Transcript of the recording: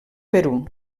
perú